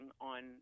on